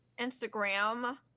instagram